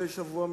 מדי שבוע?